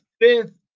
fifth